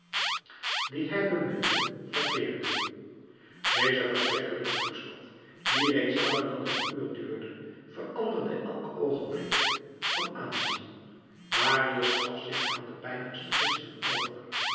die hij beminde verkeerde deze schrikkelijke toestand die reeds langer dan een uur duurde veranderde elk oogenblik van aanzien marius gaf zich aan de pijnlijkste gissingen over